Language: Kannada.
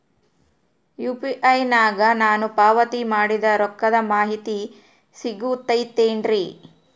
ಯು.ಪಿ.ಐ ನಾಗ ನಾನು ಪಾವತಿ ಮಾಡಿದ ರೊಕ್ಕದ ಮಾಹಿತಿ ಸಿಗುತೈತೇನ್ರಿ?